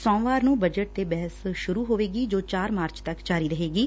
ਸੋਮਵਾਰ ਨੂੰ ਬਜਟ ਤੇ ਬਹਿਸ ਸੁਰੁ ਹੋਏਗੀ ਜੋ ਚਾਰ ਮਾਰਚ ਤੱਕ ਜਾਰੀ ਰਹੇਗੀ